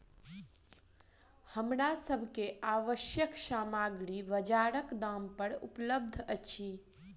हमरा सभ के आवश्यक सामग्री बजारक दाम पर उपलबध अछि